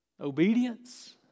Obedience